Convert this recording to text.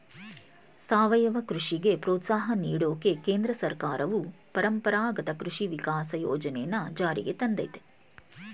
ಸಾವಯವ ಕೃಷಿಗೆ ಪ್ರೋತ್ಸಾಹ ನೀಡೋಕೆ ಕೇಂದ್ರ ಸರ್ಕಾರವು ಪರಂಪರಾಗತ ಕೃಷಿ ವಿಕಾಸ ಯೋಜನೆನ ಜಾರಿಗ್ ತಂದಯ್ತೆ